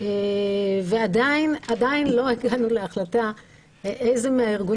ועדיין לא הגענו להחלטה איזה מן הארגונים.